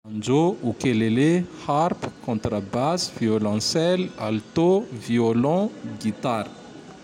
Anjo, oukelele, harpe, contre basse, violencelle, alto, violon, guitar.